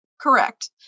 Correct